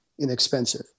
inexpensive